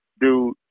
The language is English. Dude